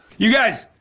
you guys,